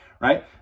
right